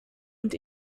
und